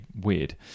weird